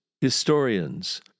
historians